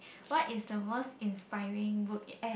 what is the most inspiring book e~